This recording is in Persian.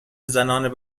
زنان